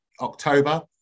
October